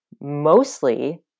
mostly